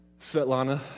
Svetlana